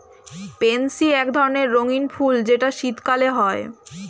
pansy এক ধরণের রঙ্গীন ফুল যেটা শীতকালে হয়